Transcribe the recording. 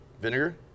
Vinegar